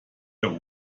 der